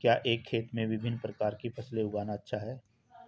क्या एक ही खेत में विभिन्न प्रकार की फसलें उगाना अच्छा है?